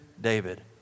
David